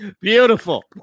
beautiful